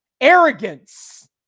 arrogance